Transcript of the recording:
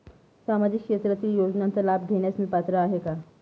सामाजिक क्षेत्रातील योजनांचा लाभ घेण्यास मी पात्र आहे का?